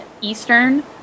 Eastern